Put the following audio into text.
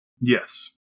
Yes